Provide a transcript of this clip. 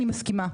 אני מסכימה.